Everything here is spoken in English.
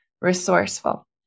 resourceful